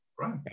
Right